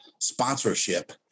sponsorship